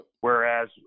Whereas